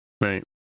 Right